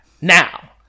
Now